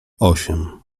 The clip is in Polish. osiem